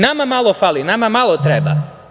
Nama malo fali, nama malo treba.